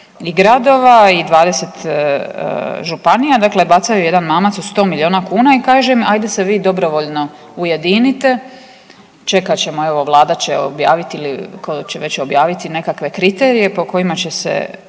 i gradova i 20 županija, dakle bacaju jedan mamac od 100 milijuna kuna i kažem, ajde se vi dobrovoljno ujedinite, čekat ćemo, evo, Vlada će objaviti ili tko li će već